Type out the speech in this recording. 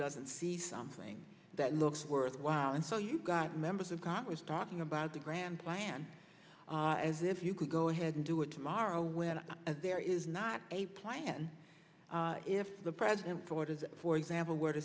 doesn't see something that looks worthwhile and so you've got members of congress talking about the grand plan as if you could go ahead and do it tomorrow when there is not a plan if the president orders for example where to